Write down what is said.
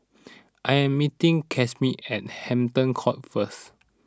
I am meeting Casimer at Hampton Court first